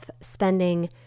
spending